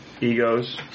egos